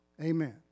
Amen